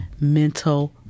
mental